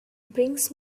brings